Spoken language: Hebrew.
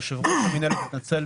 יושב-ראש המינהלת מתנצל,